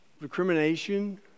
recrimination